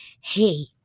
hey